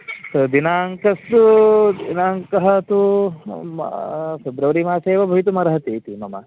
दिनाङ्कस्तु दिनाङ्कः तु फ़ेब्रवरि मासे एव भवितुम् अर्हति इति मम